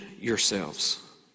yourselves